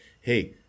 hey